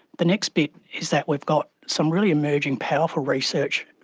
the next bit is that we've got some really emerging powerful research,